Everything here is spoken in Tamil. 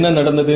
என்ன நடந்தது